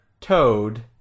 toad